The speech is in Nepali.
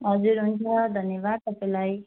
हजुर हुन्छ धन्यवाद तपाईँलाई